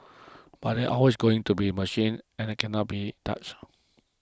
but there's always going to be machines and that can not be touched